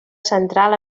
central